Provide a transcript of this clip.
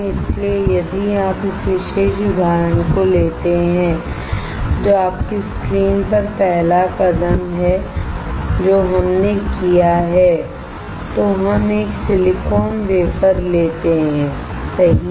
इसलिए यदि आप इस विशेष उदाहरण को लेते हैं जो आपकी स्क्रीन पर पहला कदम है जो हमने किया है तो हम एक सिलिकॉन वेफर लेते हैंसही है